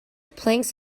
planks